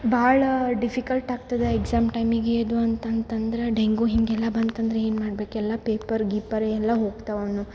ಭಾಳ ಡಿಫಿಕಲ್ಟ್ ಆಗ್ತದೆ ಎಕ್ಸಾಮ್ ಟೈಮಿಗೆ ಇದು ಅಂತಂತಂದ್ರೆ ಡೆಂಗೂ ಹಿಂಗೆಲ್ಲ ಬಂತು ಅಂದ್ರೆ ಏನ್ ಮಾಡ್ಬೇಕು ಎಲ್ಲ ಪೇಪರ್ ಗೀಪರ್ ಎಲ್ಲ ಹೋಗ್ತಾವ ಅನೋ